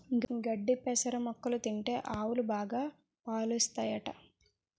గడ్డి పెసర మొక్కలు తింటే ఆవులు బాగా పాలుస్తాయట